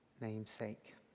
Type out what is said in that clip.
namesake